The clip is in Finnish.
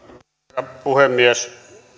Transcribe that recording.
herra puhemies